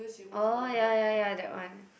oh ya ya ya that one